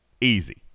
easy